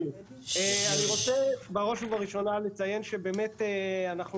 אני רוצה בראש ובראשונה לציין שבאמת אנחנו